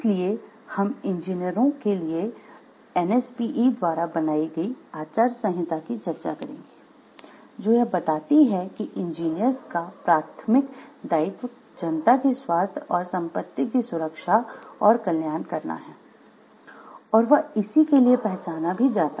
इसलिए हम इंजीनियरों के लिए एनएसपीई द्वारा बनाई गई आचार संहिता की चर्चा करेंगे जो यह बताती हैं कि इंजीनियर्स का प्राथमिक दायित्व जनता के स्वास्थ्य और संपत्ति की सुरक्षा और कल्याण करना है और वह इसी के लिए पहचाना भी जाता है